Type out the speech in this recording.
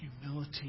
humility